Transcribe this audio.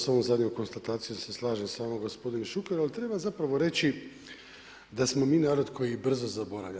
Sa ovom zadnjom konstatacijom se slažem s vama gospodine Šuker, ali treba zapravo reći da smo mi narod koji brzo zaboravlja.